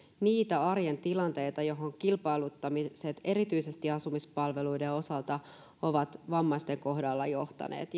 niitä arjen tilanteita joihin kilpailuttamiset erityisesti asumispalveluiden osalta ovat vammaisten kohdalla johtaneet